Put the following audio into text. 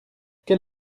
quel